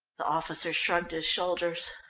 the officer shrugged his shoulders.